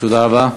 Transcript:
תודה רבה.